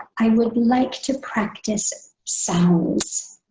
i would like to practice sounds.